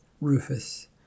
Rufus